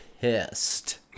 pissed